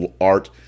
art